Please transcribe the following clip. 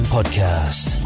Podcast